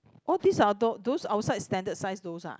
all this are th~ those outside standard size those ah